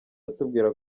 atubwira